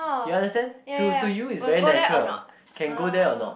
you understand to to you is very natural can go there or not